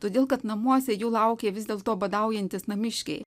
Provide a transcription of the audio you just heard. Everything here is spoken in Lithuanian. todėl kad namuose jų laukė vis dėl to badaujantys namiškiai